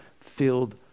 filled